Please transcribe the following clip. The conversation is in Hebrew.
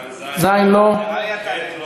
גם לא מצביעים.